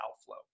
outflow